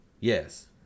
yes